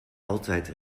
altijd